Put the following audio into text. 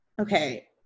okay